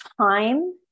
time